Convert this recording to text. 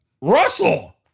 Russell